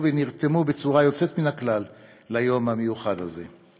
ונרתמו בצורה יוצאת מן הכלל ליום המיוחד הזה,